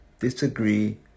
disagree